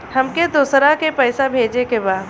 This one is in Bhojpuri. हमके दोसरा के पैसा भेजे के बा?